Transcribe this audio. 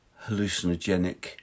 hallucinogenic